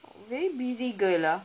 very busy girl lah